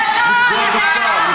לפגוע בצה"ל,